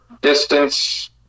Distance